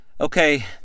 Okay